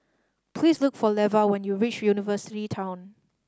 please look for Leva when you reach University Town